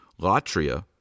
Latria